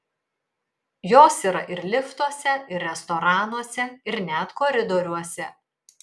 jos yra ir liftuose ir restoranuose ir net koridoriuose